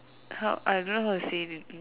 how I don't know how to say it in